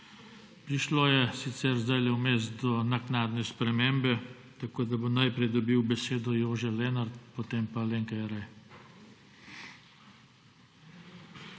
Prišlo je sicer vmes do naknadne spremembe. Tako, da bo najprej dobil besedo Jože Lenart, potem pa Alenka Jeraj.